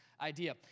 idea